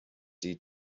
die